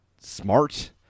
smart